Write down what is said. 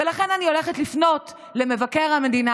ולכן אני הולכת לפנות למבקר המדינה